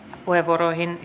puheenvuoroihin